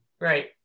Right